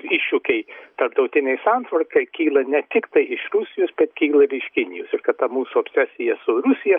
iššūkiai tarptautinei santvarkai kyla ne tiktai iš rusijos bet kyla ir iš kinijos ir kad ta mūsų obsesija su rusija